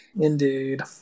Indeed